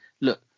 Look